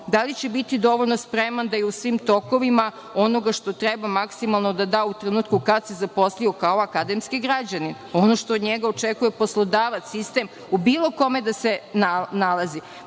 da li će biti dovoljno spreman, da je u svim tokovima onoga što treba maksimalno da da u trenutku kad se zaposlio kao akademski građanin, ono što od njega očekuje poslodavac, sistem, u bilo kome da se nalazi? Prema